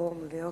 תתרום לי.